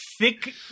thick